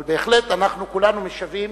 אבל בהחלט אנחנו כולנו משוועים